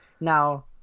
Now